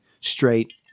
straight